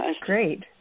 great